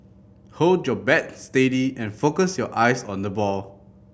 hold your bat steady and focus your eyes on the ball